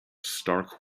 stark